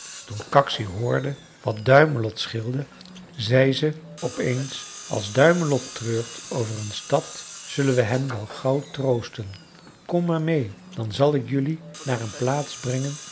toen kaksi hoorde wat duimelot scheelde zei ze op eens als duimelot treurt over een stad zullen we hem wel gauw troosten kom maar meê dan zal ik jelui naar een plaats brengen